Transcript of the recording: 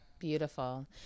Beautiful